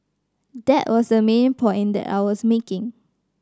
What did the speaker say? that was the main point that I was making